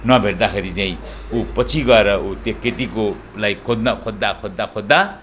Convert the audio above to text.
नभेट्दाखेरि चाहिँ ऊ पछि गएर ऊ त्यो केटीकोलाई खोज्न खोज्दा खोज्दा खोज्दा